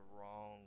wrong